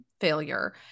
failure